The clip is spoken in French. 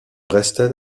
restait